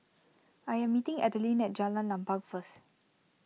I am meeting Adelyn at Jalan Lapang first